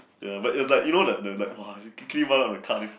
ya it was like you know the the like you quickly ran off the car then